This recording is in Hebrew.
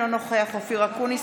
אינו נוכח אופיר אקוניס,